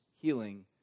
healing